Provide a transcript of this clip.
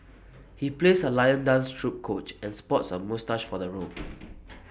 he plays A lion dance troupe coach and sports A moustache for the role